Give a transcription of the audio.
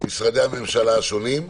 משרדי הממשלה השונים.